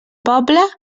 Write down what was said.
poble